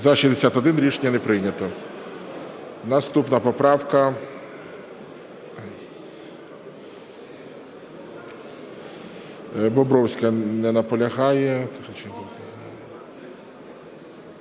За-83 Рішення не прийнято.